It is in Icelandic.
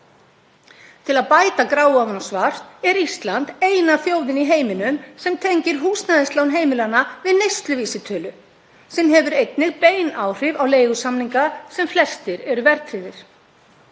Til að bæta gráu ofan á svart er Ísland eina þjóðin í heiminum sem tengir húsnæðislán heimilanna við neysluvísitölu, sem hefur einnig bein áhrif á leigusamninga sem flestir eru verðtryggðir.